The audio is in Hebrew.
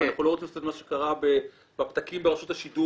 ואנחנו לא רוצים לעשות מה שקרה בפתקים ברשות השידור,